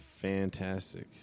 Fantastic